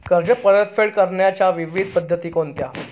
कर्ज परतफेड करण्याच्या विविध पद्धती कोणत्या?